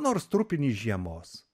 nors trupinį žiemos